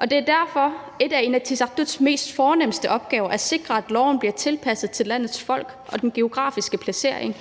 Det er derfor en af Inatsisartuts mest fornemste opgaver at sikre, at loven bliver tilpasset landets folk og den geografiske placering.